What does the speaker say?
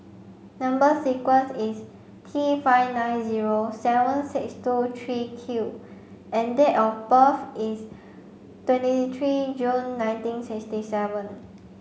number sequence is T five nine zero seven six two three Q and date of birth is twenty three June nineteen sixty seven